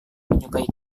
menyukai